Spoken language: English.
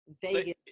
Vegas